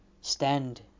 Stand